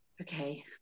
okay